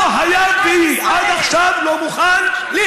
לא היה מוכן עד עכשיו להתנצל.